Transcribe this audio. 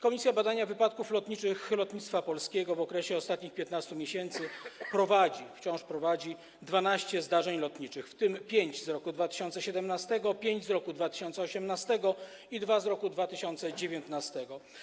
Komisja Badania Wypadków Lotniczych Lotnictwa Polskiego w okresie ostatnich 15 miesięcy wciąż prowadzi badania 12 zdarzeń lotniczych, w tym 5 z roku 2017, 5 z roku 2018 i 2 z roku 2019.